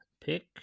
pick